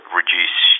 reduce